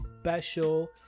special